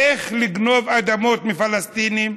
איך לגנוב אדמות מפלסטינים,